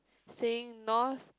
saying North